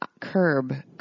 curb